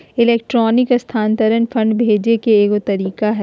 electronic स्थानान्तरण fund भेजे के एगो तरीका हइ